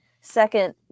second